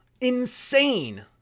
Insane